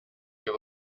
you